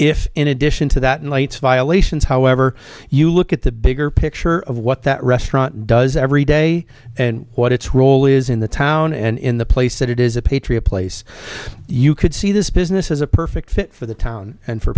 if in addition to that night's violations however you look at the bigger picture of what that restaurant does every day and what its role is in the town and in the place that it is a patriot place you could see this business as a perfect fit for the town and for